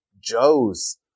Joes